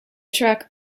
track